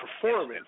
performance